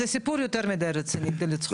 זה סיפור יותר מידי רציני כדי לצחוק עליו.